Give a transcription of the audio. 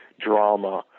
drama